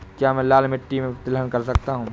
क्या मैं लाल मिट्टी में तिलहन कर सकता हूँ?